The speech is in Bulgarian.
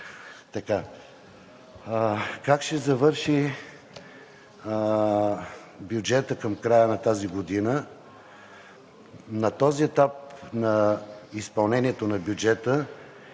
Как ще завърши бюджетът към края на тази година? На този етап на изпълнението на бюджета